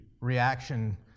reaction